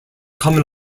common